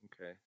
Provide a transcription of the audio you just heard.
Okay